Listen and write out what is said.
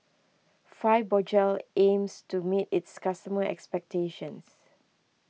Fibogel aims to meet its customer expectations